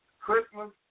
Christmas